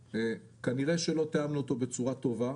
כנראה שלא תיאמנו אותו בצורה טובה,